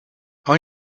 are